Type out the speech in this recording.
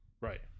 Right